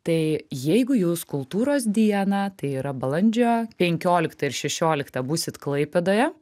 tai jeigu jūs kultūros dieną tai yra balandžio penkioliktą ir šešioliktą būsit klaipėdoje